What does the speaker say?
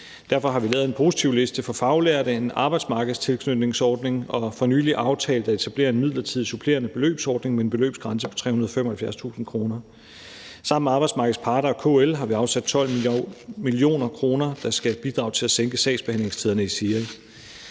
Derfor har vi lavet en positivliste for faglærte, en arbejdsmarkedstilknytningsordning og for nylig aftalt at etablere en midlertidig supplerende beløbsordning med en beløbsgrænse på 375.000 kr. Sammen med arbejdsmarkedets parter og KL har vi afsat 12 mio. kr., der skal bidrage til at sænke sagsbehandlingstiderne i SIRI.